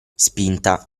spinta